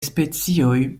specioj